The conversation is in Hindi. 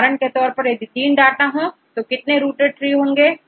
उदाहरण के तौर पर यदि3 डाटा हो तो कितने रूटेडट्री होंगे